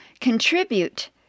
Contribute